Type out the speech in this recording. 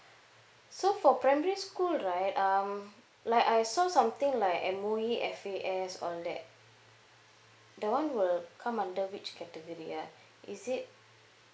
so for primary school right um like I saw something like M_O_E F_A_S on that that one will come under which category ah is it